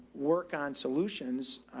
work on solutions,